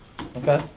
Okay